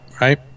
right